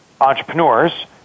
entrepreneurs